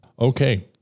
Okay